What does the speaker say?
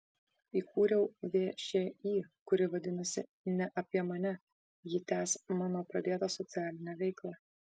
įkūriau všį kuri vadinasi ne apie mane ji tęs mano pradėtą socialinę veiklą